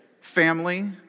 Family